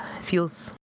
feels